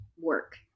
work